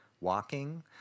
walking